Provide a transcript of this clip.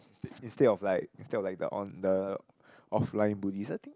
instead of like instead of like the on the offline bullies I think